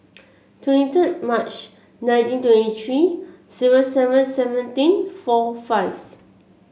twenty two March nineteen twenty three zero seven seventeen four five